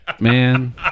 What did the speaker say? man